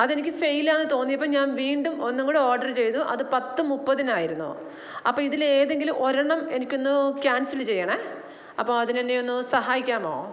അത് എനിക്ക് ഫെയിൽ ആണെന്ന് തോന്നിയപ്പോൾ ഞാൻ വീണ്ടും ഒന്നും കൂടി ഓഡർ ചെയ്തു അത് പത്ത് മുപ്പതിനായിരുന്നു അപ്പോൾ ഇതിൽ ഏതെങ്കിലും ഒരെണ്ണം എനിക്കൊന്ന് കാൻസല് ചെയ്യണേ അപ്പോൾ അതിന് എന്നെയൊന്ന് സഹായിക്കാമോ